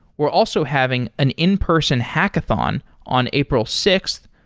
we're also having an in-person hackathon on april sixth,